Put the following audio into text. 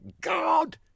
God